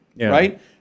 right